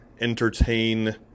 entertain